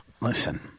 Listen